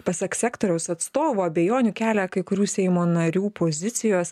pasak sektoriaus atstovų abejonių kelia kai kurių seimo narių pozicijos